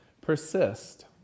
persist